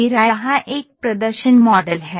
मेरा यहां एक प्रदर्शन मॉडल है